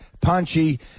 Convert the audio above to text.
Punchy